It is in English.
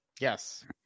Yes